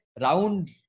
round